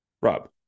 Rob